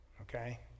Okay